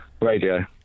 Radio